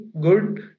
good